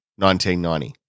1990